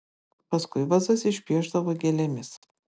paskui vazas išpiešdavo gėlėmis